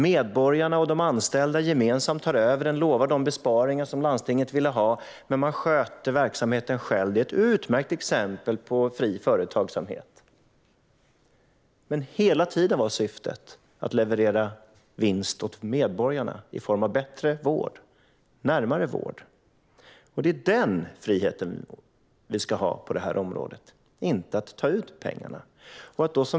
Medborgarna och de anställda tog gemensamt över verksamheten med löfte om att göra de besparingar som landstinget ville att de skulle göra, men de sköter verksamheten själva. Detta är ett utmärkt exempel på fri företagsamhet. Hela tiden är syftet att leverera vinst åt medborgarna i form av bättre och närmare vård. Det är denna frihet vi ska ha på området, inte friheten att ta ut pengar.